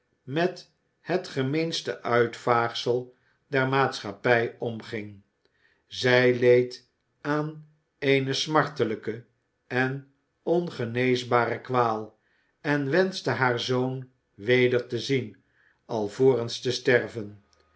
met het gemeenste uitvaagsel der maatschappij omging zij leed aan eene smartelijke en ongeneesbare kwaal en wenschte haar zoon weder te zien alvorens te sterven